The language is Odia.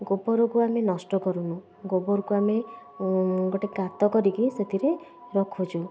ଗୋବରକୁ ଆମେ ନଷ୍ଟ କରୁନୁ ଗୋବରକୁ ଆମେ ଗୋଟେ ଗାତ କରିକି ସେଥିରେ ରଖୁଛୁ